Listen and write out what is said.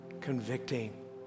convicting